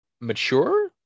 mature